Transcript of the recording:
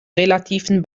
relativen